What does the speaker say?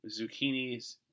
zucchinis